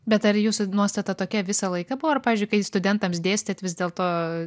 bet ar jūsų nuostata tokia visą laiką buvo ar pavyzdžiui kai studentams dėstėt vis dėlto